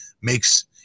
makes –